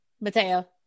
Mateo